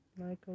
Michael